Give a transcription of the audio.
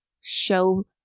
show